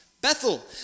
Bethel